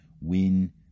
win